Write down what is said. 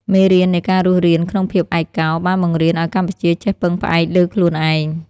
មេរៀននៃការរស់រានក្នុងភាពឯកោ បានបង្រៀនឱ្យកម្ពុជាចេះពឹងផ្អែកលើខ្លួនឯង។